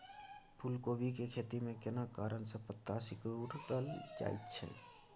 फूलकोबी के खेती में केना कारण से पत्ता सिकुरल जाईत छै?